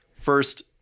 First